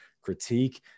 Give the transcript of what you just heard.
critique